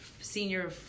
senior